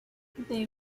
they